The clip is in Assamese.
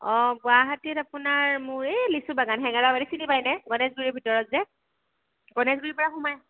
অঁ গুৱাহাটীত আপোনাৰ মোৰ এই লিচুবাগান হেঙেৰাবাৰী চিনি পায়নে গণেশগুৰিৰ ভিতৰত যে গণেশগুৰিৰপৰা সোমাই